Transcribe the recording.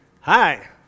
Hi